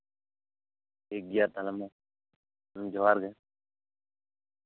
ᱴᱷᱤᱠ ᱜᱮᱭᱟ ᱛᱟᱦᱚᱞᱮ ᱢᱟ ᱡᱚᱦᱟᱨᱜᱮ